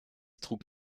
trug